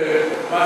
יש